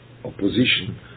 opposition